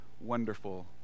wonderful